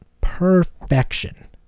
perfection